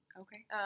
okay